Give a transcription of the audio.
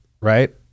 right